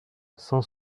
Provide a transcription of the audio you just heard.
cent